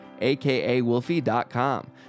akawolfie.com